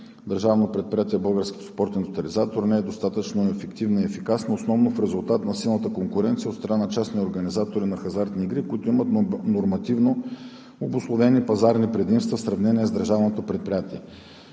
Държавното предприятие „Български спортен тотализатор“ не е достатъчно ефективна и ефикасна, основно в резултат на силната конкуренция от страна на частни организатори на хазартни игри, които имат нормативно обусловени пазарни предимства в сравнение с Държавното предприятие.